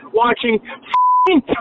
watching